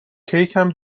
کیکم